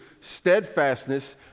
steadfastness